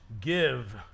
give